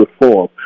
reform